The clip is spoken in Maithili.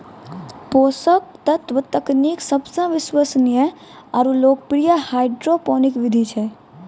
पोषक तत्व तकनीक सबसे विश्वसनीय आरु लोकप्रिय हाइड्रोपोनिक विधि छै